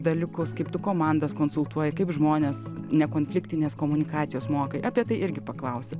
dalykus kaip tu komandas konsultuoja kaip žmones nekonfliktinės komunikacijos mokai apie tai irgi paklausiu